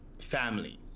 families